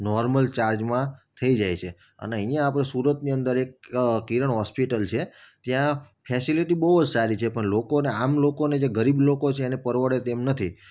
normal ચાર્જમાં થઈ જાય છે અને અહીંયાં આપણે સુરતની અંદર એક કિરણ હોસ્પિટલ છે ત્યાં ફેસીલીટી બહુ જ સારી છે પણ લોકોને આમ લોકોને જે ગરીબ લોકો છે એને પરવડે તેમ નથી